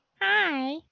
Hi